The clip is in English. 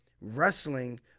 wrestling